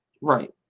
Right